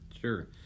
sure